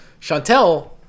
Chantel